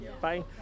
Bye